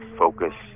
focus